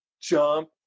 jump